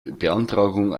beantragung